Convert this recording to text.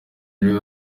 rero